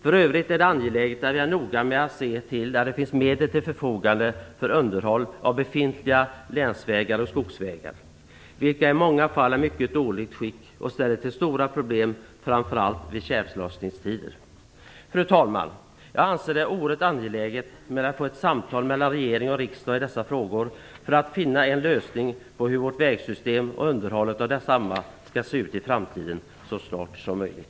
För övrigt är det angeläget att vi är noga med att se till att det finns medel till underhåll av befintliga länsvägar och skogsvägar, vilka i många fall är i mycket dåligt skick och förorsakar stora problem framför allt vid tjällossningstider. Fru talman! Jag anser det oerhört angeläget med ett samtal mellan regering och riksdag i dessa frågor för att finna en lösning på hur vårt vägsystem och underhållet av detsamma skall se ut i framtiden - och detta så snart som möjligt.